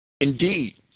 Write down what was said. Indeed